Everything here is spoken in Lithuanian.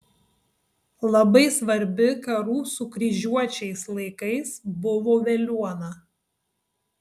labai svarbi karų su kryžiuočiais laikais buvo veliuona